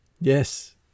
Yes